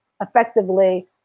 effectively